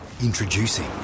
Introducing